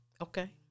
okay